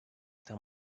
tam